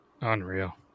Unreal